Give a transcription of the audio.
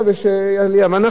דרך אגב,